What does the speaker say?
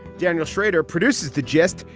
daniel schrader produces the gist.